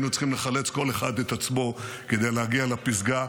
היינו צריכים לחלץ כל אחד את עצמו כדי להגיע לפסגה.